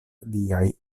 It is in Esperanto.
liaj